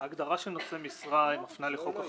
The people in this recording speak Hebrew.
ההגדרה של נושאי משרה מפנה לחוק החברות.